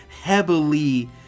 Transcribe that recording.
heavily